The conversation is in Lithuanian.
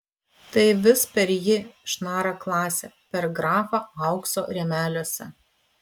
tai vis per jį šnara klasė per grafą aukso rėmeliuose